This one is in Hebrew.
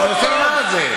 אני רוצה לומר את זה.